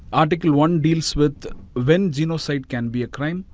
article one deals with when genocide can be a crime.